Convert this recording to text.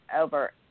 over